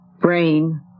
brain